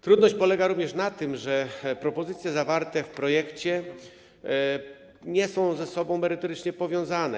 Trudność polega również na tym, że propozycje zawarte w projekcie nie są ze sobą merytorycznie powiązane.